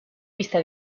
pista